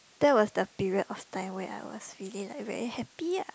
that was the period of time when I was feeling like very happy ah